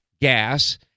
gas